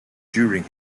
during